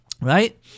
Right